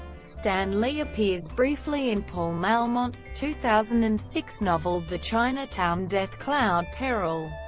stan lee appears briefly in paul malmont's two thousand and six novel the chinatown death cloud peril.